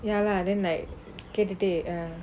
ya lah then like okay today ah